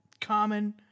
common